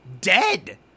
dead